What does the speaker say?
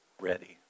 ready